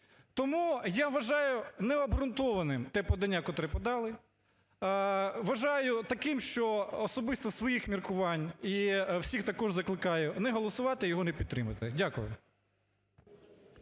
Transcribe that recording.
Тому я вважаю не обґрунтованим те подання, котре подали, вважаю таким, що особисто з своїх міркувань і всіх також закликаю не голосувати, його не підтримувати. Дякую.